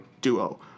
duo